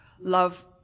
love